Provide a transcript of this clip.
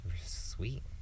Sweet